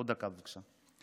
עוד דקה, בבקשה.